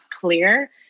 clear